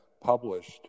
published